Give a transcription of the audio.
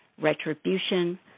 retribution